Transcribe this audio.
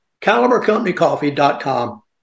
CaliberCompanyCoffee.com